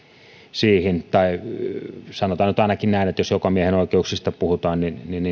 siihen tai sanotaan nyt ainakin näin että jos jokamiehenoikeuksista puhutaan niin